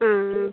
ആ ആ